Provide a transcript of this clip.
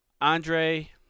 Andre